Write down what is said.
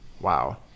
Wow